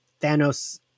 Thanos